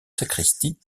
sacristie